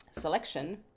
selection